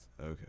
Okay